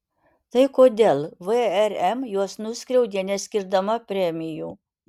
tai kodėl vrm juos nuskriaudė neskirdama premijų